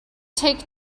take